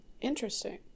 Interesting